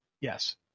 Yes